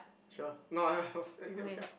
sure no I eh is it okay lah